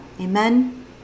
Amen